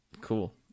cool